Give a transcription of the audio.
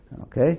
okay